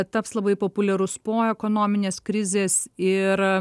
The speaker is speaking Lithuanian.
taps labai populiarus po ekonominės krizės ir